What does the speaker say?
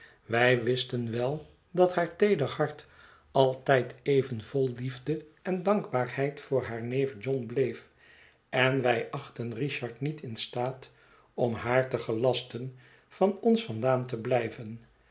wij wisten wel dat haar teeder hart altijd even vol liefde en dankbaarheid voor haar neef john bleef en wij achtten richard niet in staat om haar te gelasten van ons vandaan te blijven